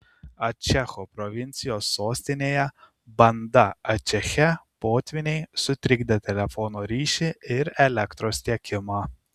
ačecho provincijos sostinėje banda ačeche potvyniai sutrikdė telefono ryšį ir elektros tiekimą